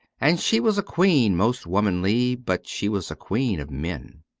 and she was a queen most womanly, but she was a queen of men.